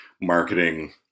marketing